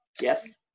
Yes